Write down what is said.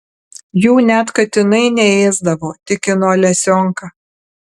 jų net katinai neėsdavo tikino alesionka